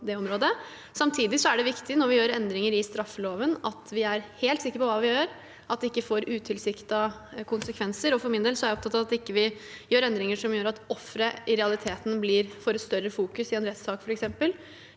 Samtidig er det viktig når vi gjør endringer i straffeloven, at vi er helt sikre på hva vi gjør, at det ikke får utilsiktede konsekvenser. For min del er jeg opptatt av at vi ikke gjør endringer som gjør at ofre i realiteten f.eks. får større fokus i en rettssak